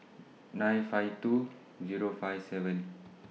nine five two Zero five seven